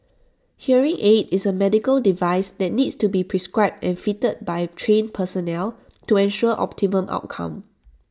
hearing aid is A medical device that needs to be prescribed and fitted by trained personnel to ensure optimum outcome